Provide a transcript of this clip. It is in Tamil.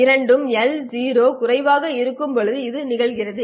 இரண்டும் LO குறைவாக இருப்பதால் இது நிகழ்கிறது